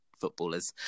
footballers